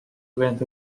went